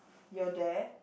you're there